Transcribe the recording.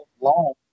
long